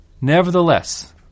Nevertheless